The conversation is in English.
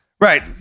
Right